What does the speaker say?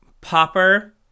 popper